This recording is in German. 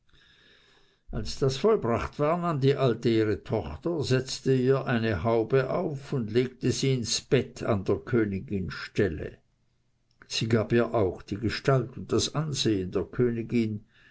als das vollbracht war nahm die alte ihre tochter setzte ihr eine haube auf und legte sie ins bett an der königin stelle sie gab ihr auch die gestalt und das ansehen der königin